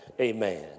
amen